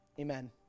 Amen